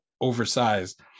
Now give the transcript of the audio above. oversized